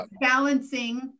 Balancing